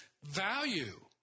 Value